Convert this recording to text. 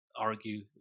argue